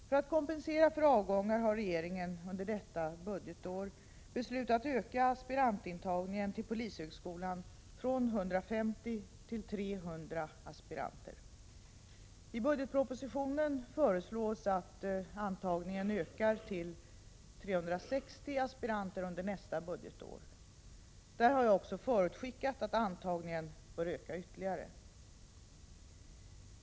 För att kompensera för avgångar har regeringen under detta budgetår beslutat öka aspirantantagningen till polishögskolan från 150 till 300 aspiranter. I budgetpropositionen föreslås att antagningen ökar till 360 aspiranter under nästa budgetår. Där har jag också förutskickat att antagningen bör öka ytterligare.